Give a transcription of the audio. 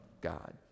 God